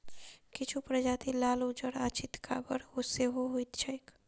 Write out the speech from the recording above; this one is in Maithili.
किछु प्रजाति लाल, उज्जर आ चितकाबर सेहो होइत छैक